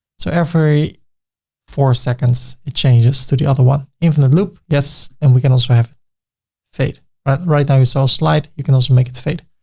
so every four seconds it changes to the other one. infinite loop. yes. and we can also have fade. but right now, it's all slide you can also make it fade.